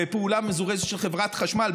בפעולה מזורזת של חברת החשמל,